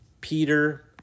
peter